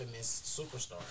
superstar